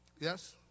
Yes